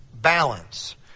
Balance